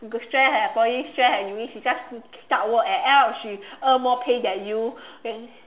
stress at Poly stress uni she just start work and end up she earn more pay than you then